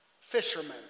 fishermen